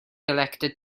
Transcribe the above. elected